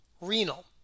Renal